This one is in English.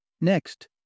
Next